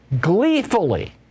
Gleefully